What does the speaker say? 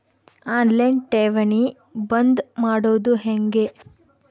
On line ಠೇವಣಿ ಬಂದ್ ಮಾಡೋದು ಹೆಂಗೆ?